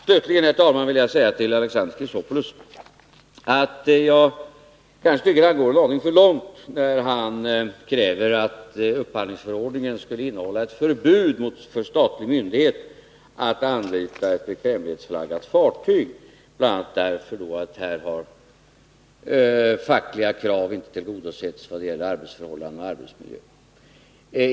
Slutligen, herr talman, vill jag säga till Alexander Chrisopoulos att jag tycker att han går en aning för långt när han kräver att upphandlingsförordningen skulle innehålla ett förbud för statlig myndighet att anlita ett bekvämlighetsflaggat fartyg, bl.a. därför att fackliga krav på dessa fartyg inte har tillgodosetts i vad gäller arbetsförhållanden och arbetsmiljö.